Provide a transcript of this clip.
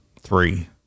Three